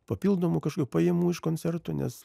papildomų kažkokių pajamų iš koncertų nes